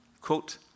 quote